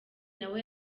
nawe